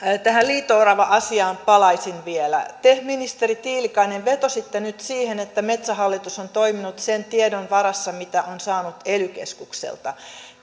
tähän liito orava asiaan palaisin vielä te ministeri tiilikainen vetositte nyt siihen että metsähallitus on toiminut sen tiedon varassa mitä on saanut ely keskukselta